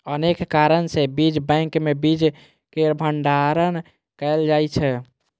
अनेक कारण सं बीज बैंक मे बीज केर भंडारण कैल जाइ छै